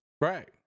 Right